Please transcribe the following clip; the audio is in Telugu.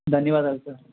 ధన్యవాదాలు సార్